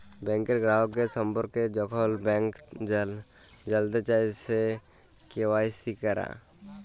ব্যাংকের গ্রাহকের সম্পর্কে যখল ব্যাংক জালতে চায়, সে কে.ওয়াই.সি ক্যরা